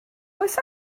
oes